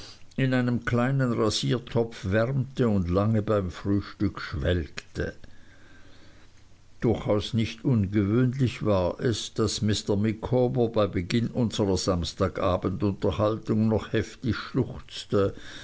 in einem kleinen rasiertopf wärmte und lange beim frühstück schwelgte durchaus nicht ungewöhnlich war es daß mr micawber bei beginn unserer samstagabend unterhaltung noch heftig schluchzte